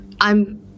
I'm-